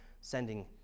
sending